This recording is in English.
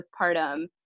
postpartum